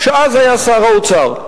שאז היה שר האוצר.